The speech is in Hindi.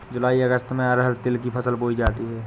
जूलाई अगस्त में अरहर तिल की फसल बोई जाती हैं